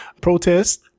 protest